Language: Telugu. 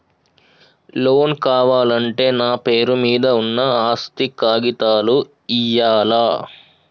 లోన్ కావాలంటే నా పేరు మీద ఉన్న ఆస్తి కాగితాలు ఇయ్యాలా?